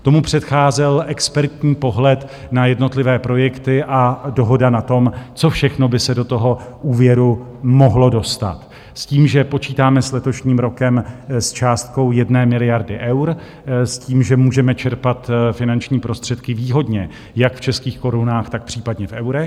Tomu předcházel expertní pohled na jednotlivé projekty a dohoda na tom, co všechno by se do toho úvěru mohlo dostat, s tím, že počítáme s letošním rokem s částkou 1 miliardy eur, s tím, že můžeme čerpat finanční prostředky výhodně jak v českých korunách, tak případně v eurech.